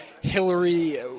Hillary